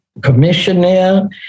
commissioner